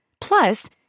Plus